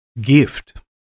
gift